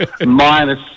minus